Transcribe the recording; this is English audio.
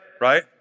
right